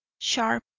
sharp,